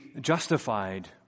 justified